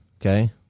okay